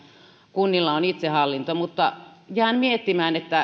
kunnilla on itsehallinto mutta jään miettimään